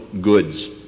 goods